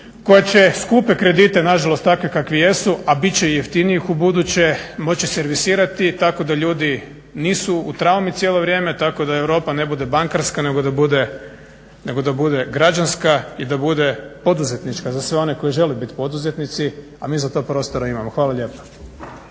koja će skupe kredite nažalost takvi kakvi jesu, a bit će i jeftinijih u buduće moći servisirati tako da ljudi nisu u traumi cijelo vrijeme, tako da Europa ne bude bankarska nego da bude građanska i da bude poduzetnička za sve one koji žele biti poduzetnici a mi za to prostora imamo. Hvala lijepa.